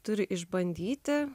turi išbandyti